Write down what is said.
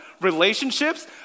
relationships